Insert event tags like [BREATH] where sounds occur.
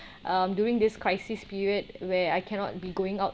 [BREATH] um during this crisis period where I cannot be going out